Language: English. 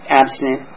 abstinent